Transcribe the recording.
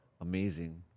Amazing